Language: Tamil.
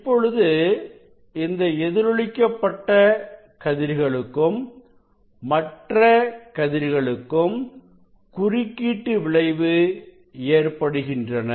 இப்பொழுது இந்த எதிரொலிக்க பட்ட கதிர்களும் மற்ற கதிர்களும் குறுக்கீட்டு விளைவு ஏற்படுத்துகின்றன